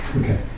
Okay